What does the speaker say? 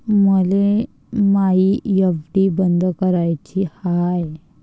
मले मायी एफ.डी बंद कराची हाय